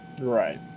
Right